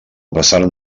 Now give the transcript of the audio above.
passaren